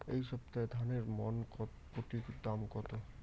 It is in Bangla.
এই সপ্তাহে ধানের মন প্রতি দাম কত?